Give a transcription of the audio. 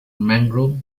mangrove